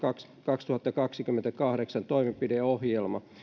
kaksituhattakaksikymmentäkahdeksan toimenpideohjelma